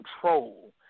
control